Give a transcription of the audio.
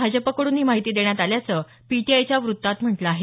भाजपकडून ही माहिती देण्यात आल्याचं पीटीआयच्या बातमीत म्हटलं आहे